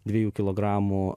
dviejų kilogramų